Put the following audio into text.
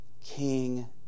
King